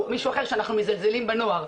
שאנחנו מזלזלים בנוער.